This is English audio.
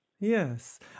Yes